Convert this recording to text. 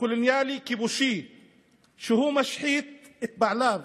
קולוניאלי כיבושי שהוא משחית את בעליו